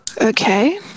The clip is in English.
Okay